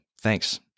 Thanks